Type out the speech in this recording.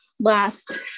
Last